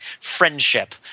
friendship